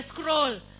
scroll